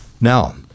Now